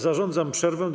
Zarządzam przerwę do